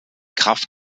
kraft